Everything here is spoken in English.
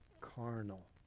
carnal